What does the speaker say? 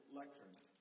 lecture